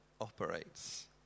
operates